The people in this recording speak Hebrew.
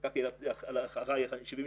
את צריכה לתת להן פתרון ביוב גם אם